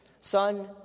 Son